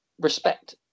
respect